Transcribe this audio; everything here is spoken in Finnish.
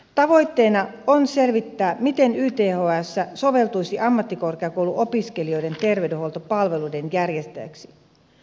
tavoitteena on selvittää miten yths soveltuisi ammattikorkeakouluopiskelijoiden terveydenhuoltopalveluiden järjestäjäksi